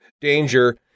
Danger